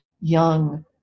young